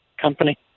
company